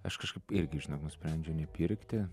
aš kažkaip irgi žinok nusprendžiau nepirkti